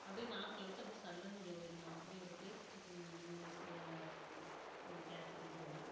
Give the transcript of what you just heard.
அப்டியே நாக்கில் வச்சு அப்டியே சல்லுன்னு உள்ளே போயிடுங்க அப்படி ஒரு டேஸ்ட்ருக்கும்ங்க இந்த கேசரிலலாம்